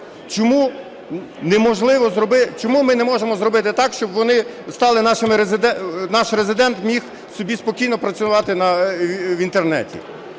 Чому ми не можемо зробити так, щоби наш резидент міг собі спокійно працювати в Інтернеті?